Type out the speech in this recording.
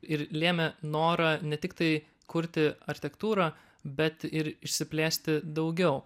ir lėmė norą ne tiktai kurti architektūrą bet ir išsiplėsti daugiau